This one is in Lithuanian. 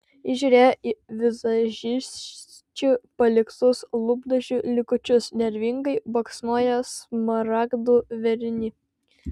ji žiūrėjo į vizažisčių paliktus lūpdažių likučius nervingai baksnojo smaragdų vėrinį